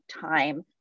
time